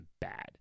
bad